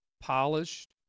polished